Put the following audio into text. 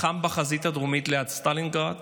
לחם בחזית הדרומית ליד סטלינגרד